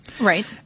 Right